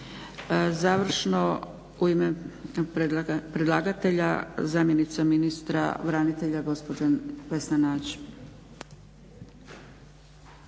Završno u ime predlagatelja zamjenica ministra branitelja gospođa Vesna